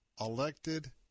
elected